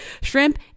shrimp